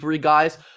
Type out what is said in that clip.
guys